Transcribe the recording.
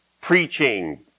preaching